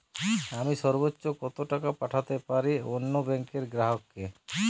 আমি সর্বোচ্চ কতো টাকা পাঠাতে পারি অন্য ব্যাংকের গ্রাহক কে?